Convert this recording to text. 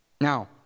Now